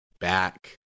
back